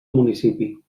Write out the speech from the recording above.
municipi